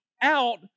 out